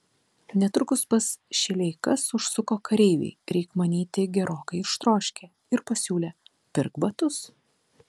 netrukus pas šileikas užsuko kareiviai reik manyti gerokai ištroškę ir pasiūlė pirk batus